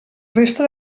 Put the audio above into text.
resta